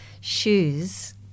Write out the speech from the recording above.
shoes